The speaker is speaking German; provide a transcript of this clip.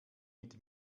mit